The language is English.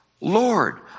Lord